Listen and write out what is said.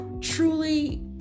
truly